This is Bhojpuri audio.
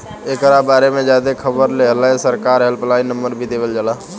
एकरा बारे में ज्यादे खबर लेहेला सरकार हेल्पलाइन नंबर भी देवल जाला